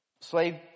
Slave